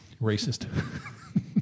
Racist